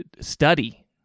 study